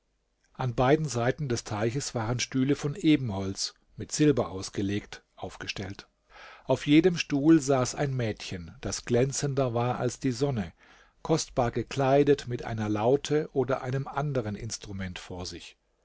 an beiden seiten des teiches waren stühle von ebenholz mit silber ausgelegt aufgestellt auf jedem stuhl saß ein mädchen das glänzender war als die sonne kostbar gekleidet mit einer laute oder einem anderen instrument vor sich